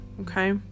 okay